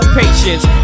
patience